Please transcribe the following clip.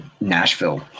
Nashville